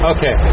Okay